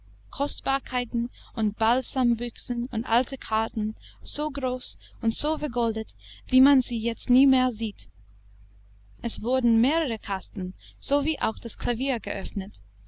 kostbarkeiten und balsambüchsen und alte karten so groß und so vergoldet wie man sie jetzt nie mehr sieht es wurden mehrere kasten sowie auch das klavier geöffnet